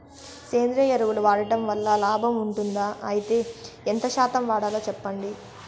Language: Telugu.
సేంద్రియ ఎరువులు వాడడం వల్ల లాభం ఉంటుందా? అయితే ఎంత శాతం వాడాలో చెప్పండి?